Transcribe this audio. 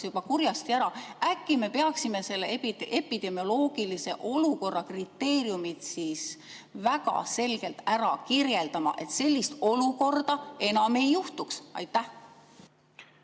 kurjasti ära. Äkki me peaksime selle epidemioloogilise olukorra kriteeriumid väga selgelt ära kirjeldama, et sellist olukorda enam ei juhtuks? Aitäh!